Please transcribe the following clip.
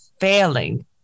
failing